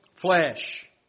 flesh